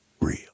real